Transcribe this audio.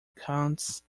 counts